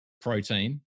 protein